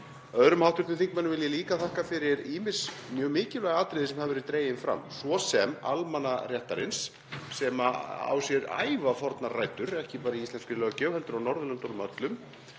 Öðrum hv. þingmönnum vil ég líka þakka fyrir ýmis mjög mikilvæg atriði sem hafa verið dregin fram, svo sem almannarétturinn sem á sér ævafornar rætur, ekki bara í íslenskri löggjöf heldur á Norðurlöndunum öllum.